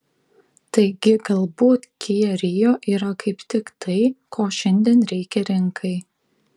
taigi galbūt kia rio yra kaip tik tai ko šiandien reikia rinkai